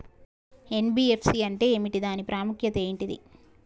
NBFC అంటే ఏమిటి దాని ప్రాముఖ్యత ఏంటిది?